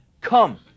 come